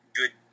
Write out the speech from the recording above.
good